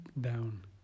down